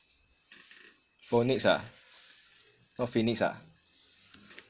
phonics ah not phoenix ah